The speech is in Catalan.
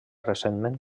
recentment